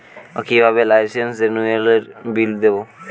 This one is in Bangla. কিভাবে লাইসেন্স রেনুয়ালের বিল দেবো?